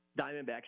Diamondbacks